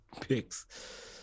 picks